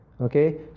Okay